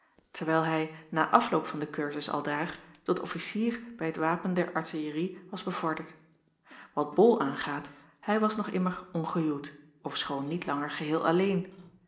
terwijl hij na afloop van den kursus aldaar tot officier bij het wapen der artillerie was bevorderd wat bol aangaat hij was nog immer ongehuwd ofschoon niet langer geheel alleen